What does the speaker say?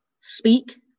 speak